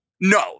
No